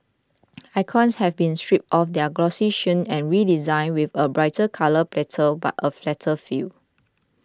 icons have been stripped of their glossy sheen and redesigned with a brighter colour palette but a flatter feel